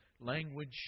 language